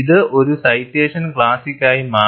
ഇത് ഒരു സൈറ്റേഷൻ ക്ലാസിക്കായി മാറി